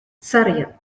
surreal